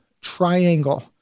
triangle